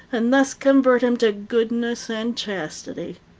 and thus convert him to goodness and chastity.